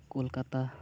Kolkata